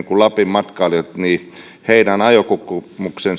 kuin lapin matkailijat ajokokemus